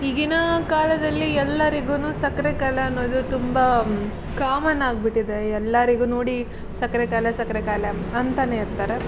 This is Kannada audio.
ಈಗಿನ ಕಾಲದಲ್ಲಿ ಎಲ್ಲರಿಗು ಸಕ್ಕರೆ ಕಾಯಿಲೆ ಅನ್ನೋದು ತುಂಬ ಕಾಮನ್ ಆಗಿಬಿಟ್ಟಿದೆ ಎಲ್ಲರಿಗೂ ನೋಡಿ ಸಕ್ಕರೆ ಕಾಯಿಲೆ ಸಕ್ಕರೆ ಕಾಯಿಲೆ ಅಂತ ಇರ್ತಾರೆ